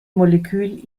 molekül